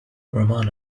roman